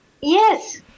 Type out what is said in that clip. Yes